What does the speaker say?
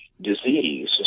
disease